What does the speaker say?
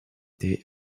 they